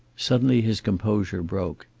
suddenly his composure broke.